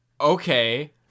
Okay